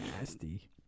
nasty